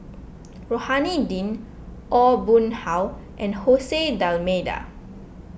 Rohani Din Aw Boon Haw and Jose D'Almeida